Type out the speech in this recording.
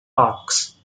parks